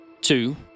two